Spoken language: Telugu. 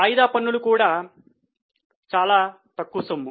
వాయిదా పన్నులు కూడా చాలా తక్కువ సొమ్ము